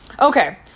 Okay